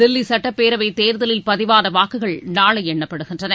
தில்லி சட்டப்பேரவை தேர்தலில் பதிவான வாக்குகள் நாளை எண்ணப்படுகின்றன